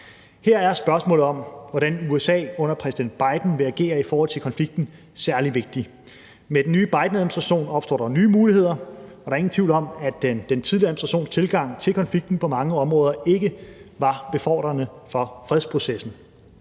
Her er spørgsmålet om, hvordan USA under præsident Biden vil agere i forhold til konflikten, særlig vigtigt. Med den nye Bidenadministration opstår der nye muligheder, og der er ingen tvivl om, at den tidligere administrations tilgang til konflikten på mange områder ikke var befordrende for fredsprocessen.